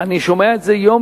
אני שומע את זה כמעט